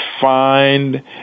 find